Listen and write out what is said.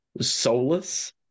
soulless